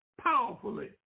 powerfully